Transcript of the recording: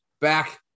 back